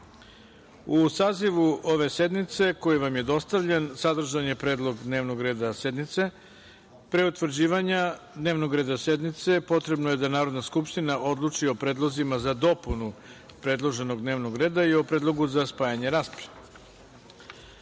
sazivu ove sednice, koji vam je dostavljen, sadržan je predlog dnevnog reda sednice. Pre utvrđivanja dnevnog reda sednice, potrebno je da Narodna skupština odluči o predlozima za dopunu predloženog dnevnog reda i o predlogu za spajanje rasprave. Narodni